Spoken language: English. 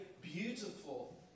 beautiful